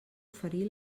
oferir